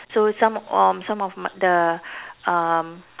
so some of some of my the um